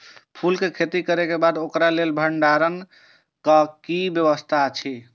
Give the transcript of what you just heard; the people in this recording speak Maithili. फूल के खेती करे के बाद ओकरा लेल भण्डार क कि व्यवस्था अछि?